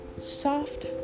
Soft